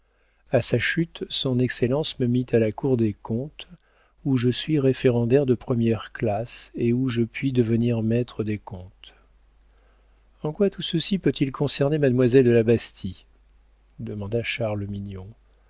a sa chute son excellence me mit à la cour des comptes où je suis référendaire de première classe et où je puis devenir maître des comptes en quoi tout ceci peut-il concerner mademoiselle de la bastie demanda